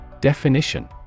Definition